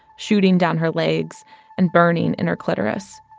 shooting down her legs and burning in her clitoris.